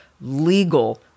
legal